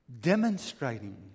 demonstrating